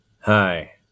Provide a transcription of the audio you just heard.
Hi